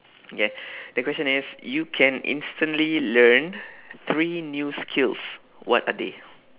ya the question is you can instantly learn three new skills what are they